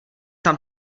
tam